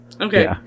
okay